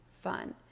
fun